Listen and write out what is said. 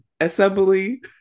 assembly